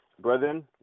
Brethren